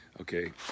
okay